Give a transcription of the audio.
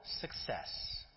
success